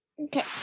Okay